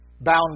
bound